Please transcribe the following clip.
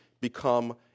become